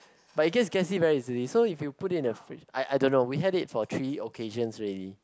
but it gets gassy very easily so if you put in the fridge I don't know we have it for three occasions already